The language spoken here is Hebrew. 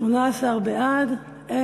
להפוך את הצעת חוק רשות השידור (תיקון,